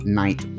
night